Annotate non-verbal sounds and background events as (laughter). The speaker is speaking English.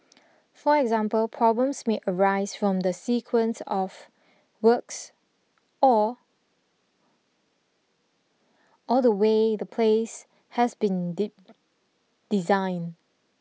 for example problems may arise from the sequence of works or or the way the place has been (unintelligible) designed